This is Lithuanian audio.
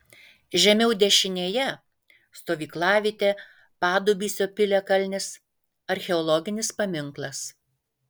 žemiau dešinėje stovyklavietė padubysio piliakalnis archeologinis paminklas